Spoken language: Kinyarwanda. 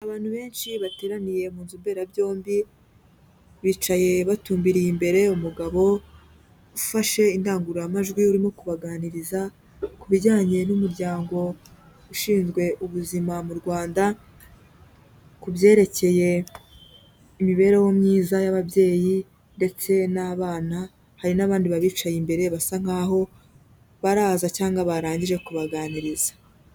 Abantu benshi bateraniye mu nzu mbera byombi bicaye batumbiriye imbere umugabo ufashe indangururamajwi irimo kubaganiriza, ku bijyanye n'umuryango ushinzwe ubuzima mu Rwanda ku byerekeye imibereho myiza y'ababyeyi ndetse n'abana, hari n'abandi babicaye imbere basa nk'aho baraza cyangwa barangije kubaganiriza.